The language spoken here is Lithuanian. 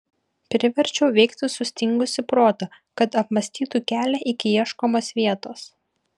priverčiau veikti sustingusį protą kad apmąstytų kelią iki ieškomos vietos